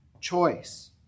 choice